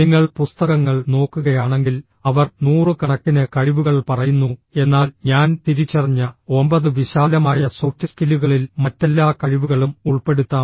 നിങ്ങൾ പുസ്തകങ്ങൾ നോക്കുകയാണെങ്കിൽ അവർ നൂറുകണക്കിന് കഴിവുകൾ പറയുന്നു എന്നാൽ ഞാൻ തിരിച്ചറിഞ്ഞ ഒമ്പത് വിശാലമായ സോഫ്റ്റ് സ്കില്ലുകളിൽ മറ്റെല്ലാ കഴിവുകളും ഉൾപ്പെടുത്താം